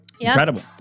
Incredible